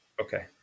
Okay